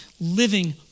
living